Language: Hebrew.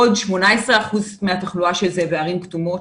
עוד 18% בערים כתומות,